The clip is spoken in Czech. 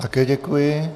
Také děkuji.